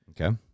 Okay